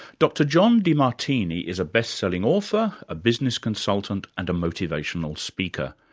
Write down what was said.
dr john demartini is a best-selling author, a business consultant and a motivational speaker.